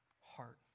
heart